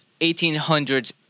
1800s